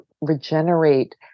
regenerate